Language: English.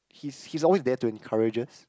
he's he's always there to encourage us